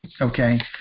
okay